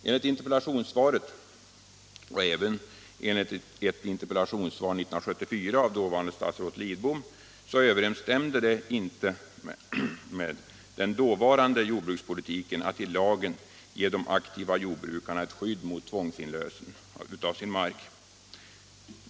Enligt interpellationssvaret — och även enligt ett interpellationssvar 1974 av dåvarande statsrådet Lidbom — överensstämde det inte med den jordbrukspolitik som fördes att i lagen ge de aktiva jordbrukarna ett skydd mot tvångsinlösen av mark.